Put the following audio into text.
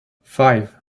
five